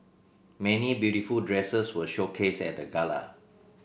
many beautiful dresses were showcased at the gala